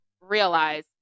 realize